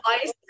ice